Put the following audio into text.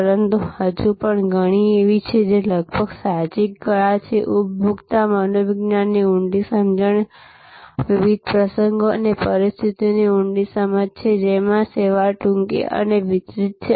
પરંતુ હજુ પણ ઘણી એવી છે જે લગભગ સાહજિક કળા છે ઉપભોક્તા મનોવિજ્ઞાનની ઊંડી સમજણ વિવિધ પ્રસંગો અને પરિસ્થિતિઓની ઊંડી સમજ છે જેમાં સેવા ટૂંકી અને વિતરિત છે